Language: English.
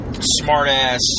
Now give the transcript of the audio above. smart-ass